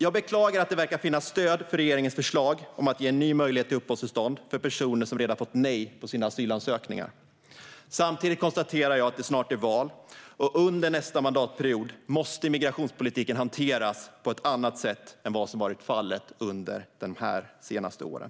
Jag beklagar att det verkar finnas stöd för regeringens förslag om att ge personer som redan fått nej på sina asylansökningar en ny möjlighet att få uppehållstillstånd. Samtidigt konstaterar jag att det snart är val. Och under nästa mandatperiod måste migrationspolitiken hanteras på ett annat sätt än vad som varit fallet de senaste åren.